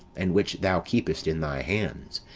and which thou keepest in thy hands,